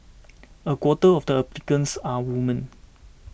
a quarter of the applicants are women